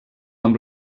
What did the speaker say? amb